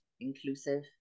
inclusive